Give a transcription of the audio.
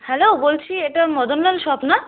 hello বলছি এটা Madanlal shop না